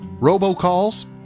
Robocalls